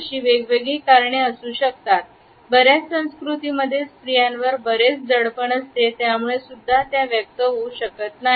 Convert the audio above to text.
अशी वेगवेगळी कारणे असू शकतात बऱ्याच संस्कृतीमध्ये स्त्रियांवर बरेच धडपड असते त्यामुळे सुद्धा त्या व्यक्त होऊ शकत नाही